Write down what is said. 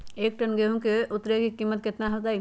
एक टन गेंहू के उतरे के कीमत कितना होतई?